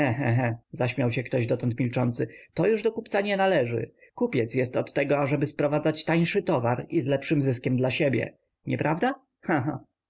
he zaśmiał się ktoś dotąd milczący to już do kupca nie należy kupiec jest od tego ażeby sprowadzał tańszy towar i z lepszym zyskiem dla siebie nieprawda ehe